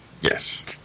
Yes